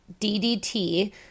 DDT